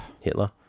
Hitler